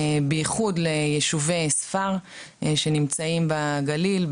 בייחוד ליישובי ספר שנמצאים בגליל,